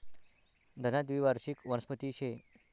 धना द्वीवार्षिक वनस्पती शे